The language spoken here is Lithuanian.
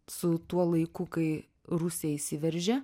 su tuo laiku kai rusija įsiveržia